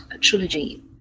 trilogy